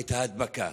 את ההדבקה.